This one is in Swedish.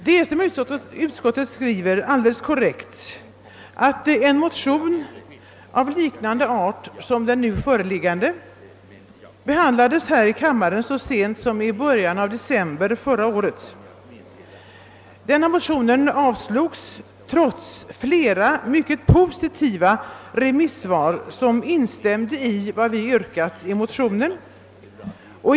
Det är som utskottet skriver alldeles korrekt att en motion av likartat slag som de nu förevarande behandlades av denna kammare så sent som i början av december förra året. Denna motion avslogs trots flera mycket positiva remissvar som instämde i motionens yrkande.